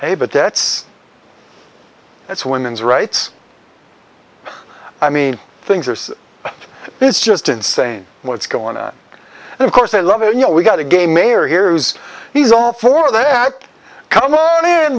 hey but that's that's women's rights i mean things are so it's just insane what's going on and of course i love it you know we've got a gay mayor here is he's all for that come on